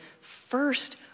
first